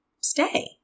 stay